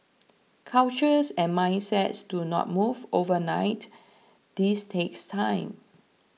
cultures and mindsets do not move overnight this takes time